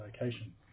location